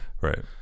Right